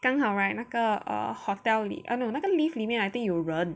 刚好 right 那个 err hotel err no 那个 lift 里面 I think 有人